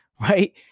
Right